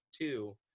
two